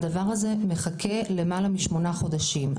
הדבר הזה מחכה למעלה משמונה חודשים.